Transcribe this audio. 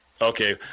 Okay